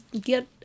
get